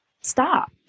stop